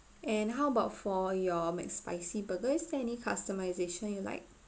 and how about for your mcspicy burgers is there any customisation you like